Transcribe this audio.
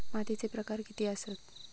मातीचे प्रकार किती आसत?